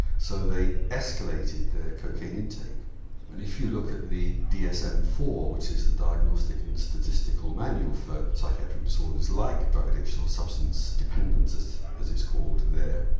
so they escalated their cocaine intake and if you look at the d s m four which is the diagnostic and the statistical manual for psychiatric disorders like drug addiction or substance dependence as as it's called there,